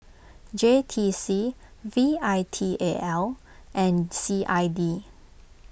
J T C V I T A L and C I D